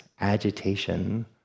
agitation